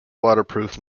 waterproof